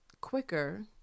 quicker